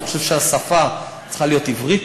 השפה צריכה להיות עברית,